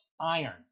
iron